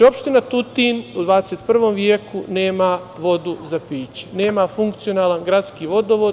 Opština Tutin u XXI veku nema vodu za piće, nema funkcionalan gradski vodovod.